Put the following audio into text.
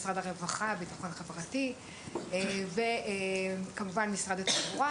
משרד הרווחה והביטחון החברתי וכמובן משרד התחבורה.